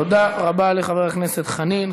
תודה רבה לחבר הכנסת חנין.